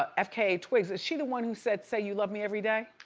ah ah fka twig's, she the one who said, say, you love me every day.